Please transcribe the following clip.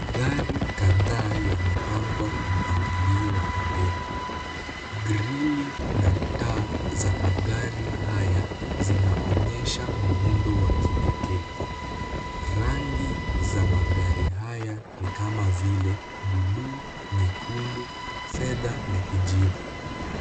Gari kadhaa yamepangwa kwa mpangilio wa pembeni. Grili na taa za magari haya zinaonyesha muundo wa kipekee. Rangi za magari haya ni kama vile, bluu, nyekundu, fedha na kijivu.